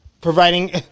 providing